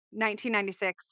1996